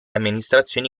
amministrazioni